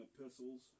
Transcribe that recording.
epistles